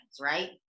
right